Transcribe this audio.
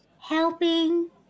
helping